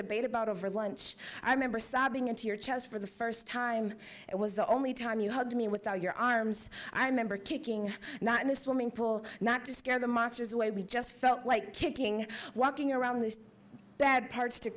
debate about over lunch i remember sobbing into your chest for the first time it was the only time you hugged me with all your arms i remember kicking not in the swimming pool not to scare the monsters away we just felt like kicking walking around the bad parts to